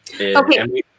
Okay